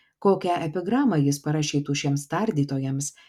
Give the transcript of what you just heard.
kokią epigramą jis parašytų šiems tardytojams